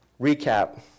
recap